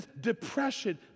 Depression